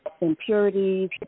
impurities